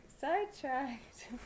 sidetracked